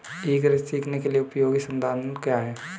ई कृषि सीखने के लिए उपयोगी संसाधन क्या हैं?